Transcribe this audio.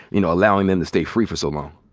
you know, allowing them to stay free for so long?